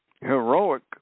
heroic